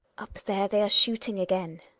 up there they are shooting again!